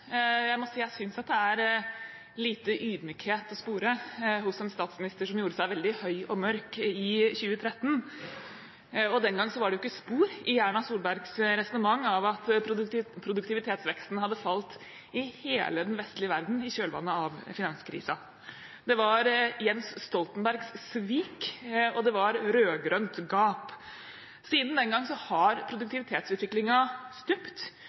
lite ydmykhet å spore hos en statsminister som gjorde seg veldig høy og mørk i 2013. Den gang var det ikke spor i Erna Solbergs resonnement av at produktivitetsveksten hadde falt i hele den vestlige verden i kjølvannet av finanskrisen. Det var Jens Stoltenbergs svik, og det var rød-grønt gap. Siden den gang har produktivitetsutviklingen stupt.